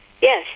Yes